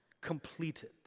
completed